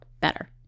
better